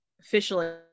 officially